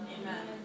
Amen